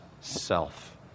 self